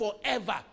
forever